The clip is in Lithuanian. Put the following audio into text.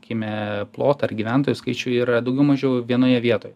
kyme plotą ar gyventojų skaičių yra daugiau mažiau vienoje vietoje